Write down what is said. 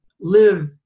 live